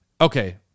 Okay